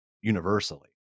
universally